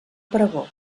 pregó